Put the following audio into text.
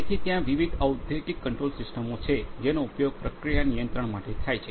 તેથી ત્યાં વિવિધ ઔદ્યોગિક કંટ્રોલ સિસ્ટમો છે જેનો ઉપયોગ પ્રક્રિયા નિયંત્રણ માટે થાય છે